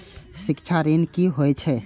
शिक्षा ऋण की होय छै?